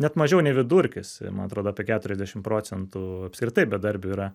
net mažiau nei vidurkis man atrodo apie keturiasdešim procentų apskritai bedarbių yra